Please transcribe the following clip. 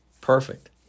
Perfect